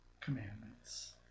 commandments